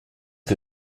que